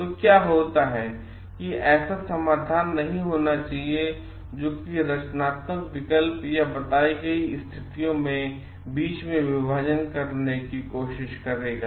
तो क्या होता है कि ऐसा समाधान नहीं होना चाहिए जो कि रचनात्मक विकल्प या बताई गयी स्थितियों बीच में विभाजन करने की कोशिश करेगा